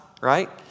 right